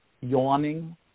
yawning